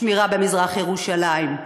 שמירה במזרח-ירושלים.